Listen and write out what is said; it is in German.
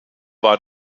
war